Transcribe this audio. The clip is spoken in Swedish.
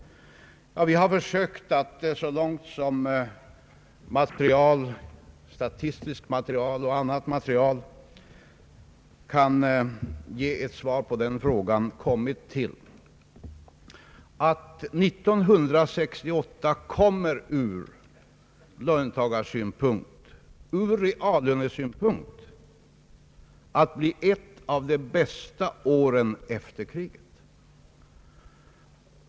Vi har försökt att så långt som möjligt få svar på den frågan med ledning av statistiskt material och annat material, och vi har kommit till det resultatet, att 1968 kommer för löntagarnas del ur reallönesynpunkt att bli ett av de bästa åren efter kriget.